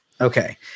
Okay